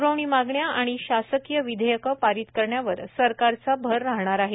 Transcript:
प्ररवणी मागण्या आणि शासकीय विधेयकं पारित करण्यावर सरकारचा भर राहणार आहे